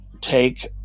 take